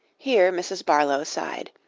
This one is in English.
here mrs. barlow sighed.